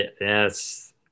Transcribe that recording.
Yes